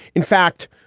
in fact?